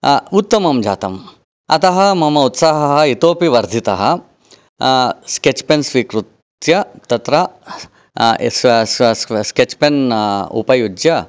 उत्तमं जातम् अतः मम उत्साहः इतोऽपि वर्धितः स्केच् पेन् स्वीकृत्य तत्र स्केच् पेन् उपयुज्य